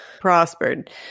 prospered